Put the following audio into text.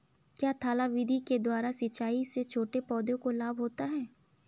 क्या थाला विधि के द्वारा सिंचाई से छोटे पौधों को लाभ होता है?